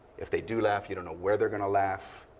if they do laugh, you don't know where they're going to laugh.